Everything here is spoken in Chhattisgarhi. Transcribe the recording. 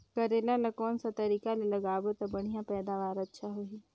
करेला ला कोन सा तरीका ले लगाबो ता बढ़िया पैदावार अच्छा होही?